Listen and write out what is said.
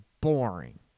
boring